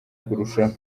kurushaho